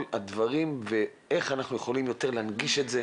הדברים ואיך אנחנו יכולים יותר להנגיש את זה,